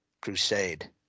Crusade